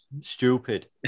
stupid